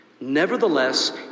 Nevertheless